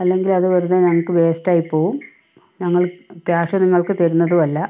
അല്ലെങ്കിൽ അത് വെറുതെ ഞങ്ങള്ക്കു വേസ്റ്റ് ആയി പോകും ഞങ്ങള് കൃാഷ് നിങ്ങള്ക്ക് തരുന്നതും അല്ല